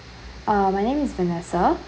uh my name is vanessa